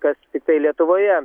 kas tiktai lietuvoje